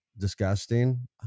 Disgusting